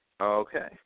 okay